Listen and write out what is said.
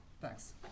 thanks